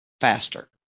faster